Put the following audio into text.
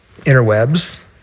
interwebs